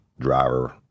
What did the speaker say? Driver